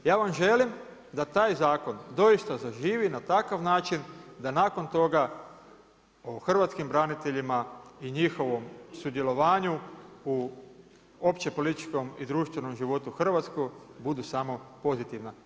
Ja vam želim da taj zakon doista zaživi na takav način da nakon toga o hrvatskim braniteljima i njihovom sudjelovanju u opće političkom i društvenom životu Hrvatske budu samo pozitivna.